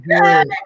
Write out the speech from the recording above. good